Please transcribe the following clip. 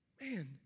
Man